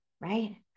right